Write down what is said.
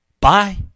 bye